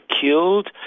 killed